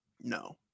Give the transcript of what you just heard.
no